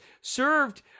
served